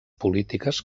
polítiques